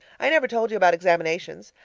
i never told you about examinations.